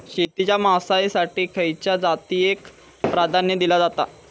शेळीच्या मांसाएसाठी खयच्या जातीएक प्राधान्य दिला जाता?